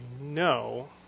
no